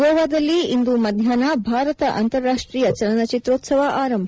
ಗೋವಾದಲ್ಲಿ ಇಂದು ಮಧ್ಯಾಹ್ವ ಭಾರತ ಅಂತಾರಾಷ್ಟೀಯ ಚಲನಚಿತ್ರೋತ್ಪವ ಆರಂಭ